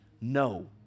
No